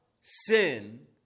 sin